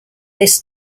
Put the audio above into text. this